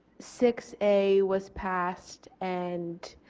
six a was passed and